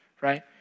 Right